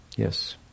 Yes